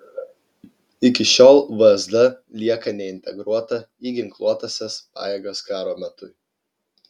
iki šiol vsd lieka neintegruota į ginkluotąsias pajėgas karo metui